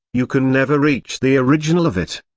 you can never reach the original of it.